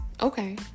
Okay